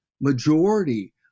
majority